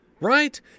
right